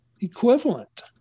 equivalent